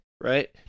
right